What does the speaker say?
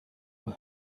for